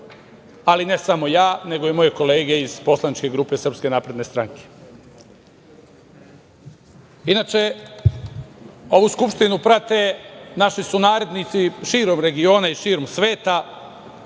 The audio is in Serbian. ali ne samo ja nego i moje kolege iz poslaničke grupe Srpska napredna stranka. Inače, ovu Skupštinu prate naši sunarodnici širom regiona i širom sveta